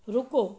ਰੁਕੋ